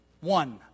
one